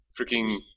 Freaking